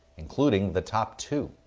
including the top two.